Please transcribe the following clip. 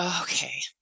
okay